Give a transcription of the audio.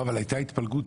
אבל הייתה התפלגות.